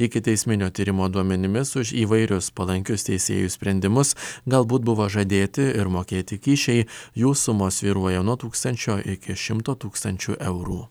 ikiteisminio tyrimo duomenimis už įvairius palankius teisėjų sprendimus galbūt buvo žadėti ir mokėti kyšiai jų sumos svyruoja nuo tūkstančio iki šimto tūkstančių eurų